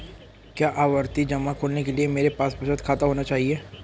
क्या आवर्ती जमा खोलने के लिए मेरे पास बचत खाता होना चाहिए?